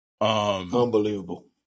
Unbelievable